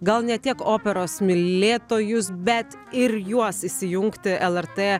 gal ne tiek operos mylėtojus bet ir juos įsijungti lrt